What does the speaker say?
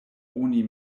oni